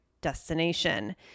destination